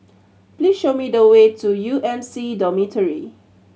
please show me the way to U M C Dormitory